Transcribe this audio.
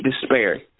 despair